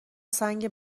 سنگ